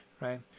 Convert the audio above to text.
right